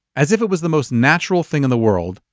as if it was the most natural thing in the world,